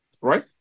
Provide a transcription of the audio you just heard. right